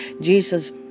Jesus